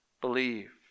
believe